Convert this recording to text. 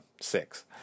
six